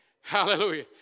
Hallelujah